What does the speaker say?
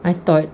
I thought